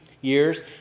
years